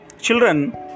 Children